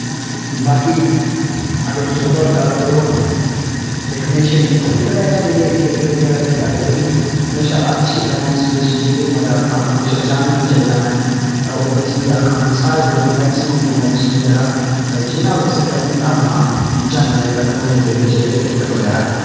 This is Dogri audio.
बाकी अगर तुस ओवरआल गल्ल करो ते हमेशा ई थियेटर आह्ला जेह्ड़ा थियेटर बगैरा दी गल्ल ऐ जेह्ड़ी हमेशा अच्छे ब्रैंडस बिच्च जाइयै मज़ा आंदा हमेशा जाने बी चाहिदा में ओवियसली आक्खां कि सारें लोकें मैक्सिमम टू मैक्सिमम जेह्ड़ा जिन्ना होई सकै उन्ना अपना जाना चाहिदा ते मज़े लैने चाहिदे थियेटर बगैरा दे